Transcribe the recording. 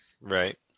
Right